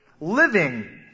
living